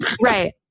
Right